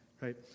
right